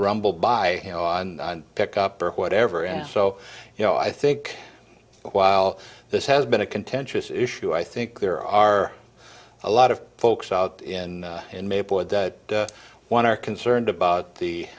rumbled by you know on pick up or whatever and so you know i think while this has been a contentious issue i think there are a lot of folks out in maplewood one are concerned about the